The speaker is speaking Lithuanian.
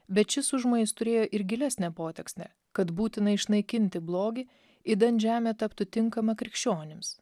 bet šis užmojis turėjo ir gilesnę potekstę kad būtina išnaikinti blogį idant žemė taptų tinkama krikščionims